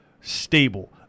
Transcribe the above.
stable